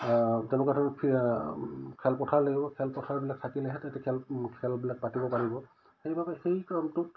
তেনেকুৱা ধৰণৰ খেলপথাৰ লাগিব খেলপথাৰবিলাক থাকিলেহে তেতিয়া খেল খেলবিলাক পাতিব পাৰিব সেইবাবে সেই ক্ৰমটোত